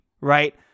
right